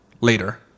later